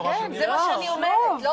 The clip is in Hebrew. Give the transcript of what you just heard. זה מה שאני אומרת.